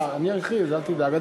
אני אכריז, אל תדאג.